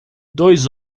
dois